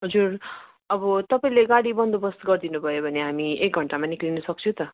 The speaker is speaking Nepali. हजुर अब तपाईँले गाडी बन्दोबस्त गरिदिनु भयो भने हामी एक घन्टामा निक्लिनु सक्छु त